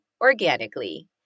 organically